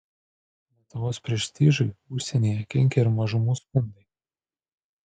lietuvos prestižui užsienyje kenkė ir mažumų skundai